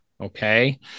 Okay